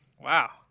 Wow